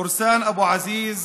פורסאן אבו עזיז